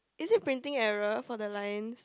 is it printing error for the lines